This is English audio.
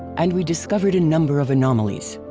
and we discovered a number of anomalies.